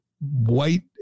white